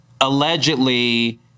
allegedly